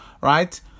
right